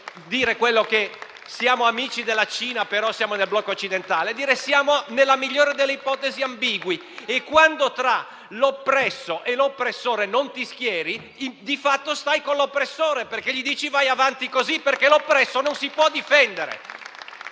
dire che siamo amici della Cina, ma siamo nel blocco occidentale. Ciò vuol dire che siamo, nella migliore delle ipotesi, ambigui. E, quando tra l'oppresso e l'oppressore non ti schieri, di fatto stai con l'oppressore, gli dici di andare avanti perché l'oppresso non si può difendere.